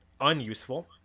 unuseful